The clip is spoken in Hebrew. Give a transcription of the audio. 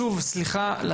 תודה רבה, הישיבה נעולה.